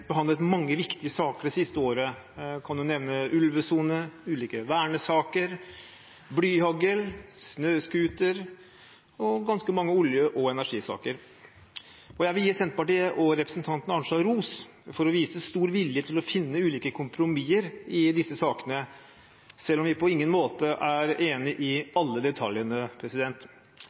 behandlet mange viktige saker det siste året. Jeg kan nevne ulvesone, ulike vernesaker, blyhagl, snøscooter og ganske mange olje- og energisaker. Jeg vil gi Senterpartiet og representanten Arnstad ros for å vise stor vilje til å finne ulike kompromisser i disse sakene, selv om vi på ingen måte er enige om alle detaljene.